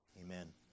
Amen